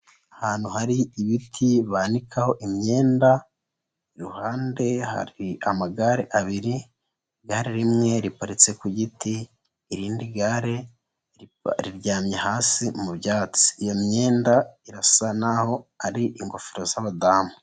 Ahantu hari ibiti banikaho imyenda, iruhande hari amagare abiri, igare rimwe riparitse ku giti, irindi gare riryamye hasi mu byatsi. Iyo myenda irasa naho ari ingofero z'abadamu.